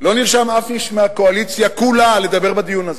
לא נרשם אף איש מהקואליציה כולה לדבר בדיון הזה.